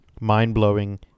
mind-blowing